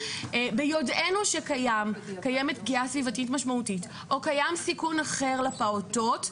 ביודענו שקיימת פגיעה סביבתית משמעותית או קיים סיכון אחר לפעוטות,